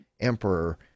emperor